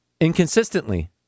inconsistently